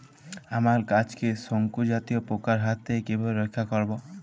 আমার গাছকে শঙ্কু জাতীয় পোকার হাত থেকে কিভাবে রক্ষা করব?